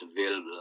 available